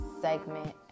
segment